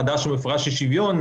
חדש ומפורש של שוויון,